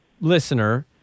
listener –